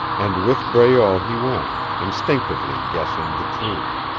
and with breault he went, instinctively guessing the truth.